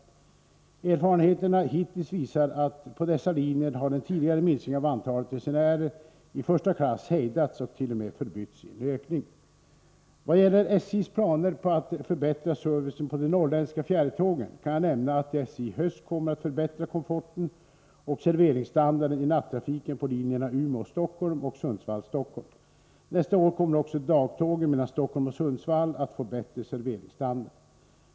Erfarenheterna hittills visar att på dessa linjer har den tidigare minskningen av antalet resenärer i första klass hejdats och t.o.m. förbytts i en ökning. fjärrtågen kan jag nämna att SJ i höst kommer att förbättra komforten och serveringsstandarden i nattrafiken på linjerna Umeå-Stockholm och Sundsvall-Stockholm. Nästa år kommer också dagtågen mellan Stockholm och Sundsvall att få en bättre serveringsstandard.